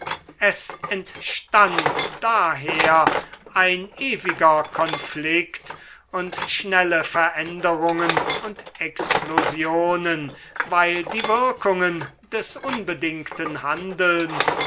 es entstand daher ein ewiger konflikt und schnelle veränderungen und explosionen weil die wirkungen des unbedingten handelns